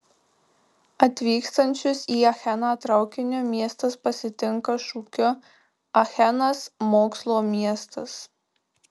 atvykstančius į acheną traukiniu miestas pasitinka šūkiu achenas mokslo miestas